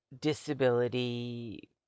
disability